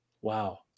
Wow